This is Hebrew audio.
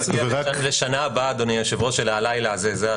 זה לא שנה הבאה, אדוני היושב-ראש, אלא הלילה הזה.